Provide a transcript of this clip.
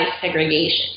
segregation